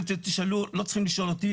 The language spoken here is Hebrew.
לא צריכים לשאול אותי,